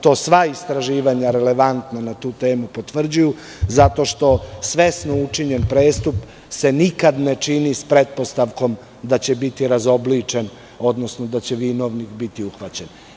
To potvrđuju i sva relevantna istraživanja na tu temu, zato što svesno učinjen prestup se nikada ne čini s pretpostavkom da će biti razobličen, odnosno da će vinovnik biti uhvaćen.